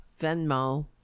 Venmo